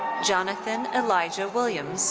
jonathan elijah wiliams